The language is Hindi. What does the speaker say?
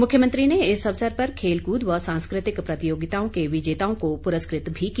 मुख्यमंत्री ने इस अवसर पर खेल कूद व सांस्कृतिक प्रतियोगिताओं के विजेताओं को पुरस्कृत भी किया